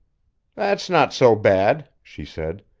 that's not so bad, she said.